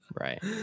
Right